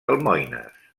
almoines